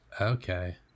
okay